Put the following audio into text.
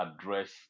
address